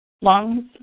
lungs